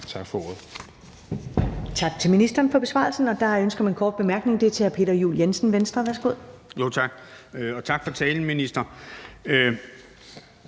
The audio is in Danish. Tak for ordet.